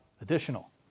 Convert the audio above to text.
additional